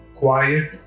quiet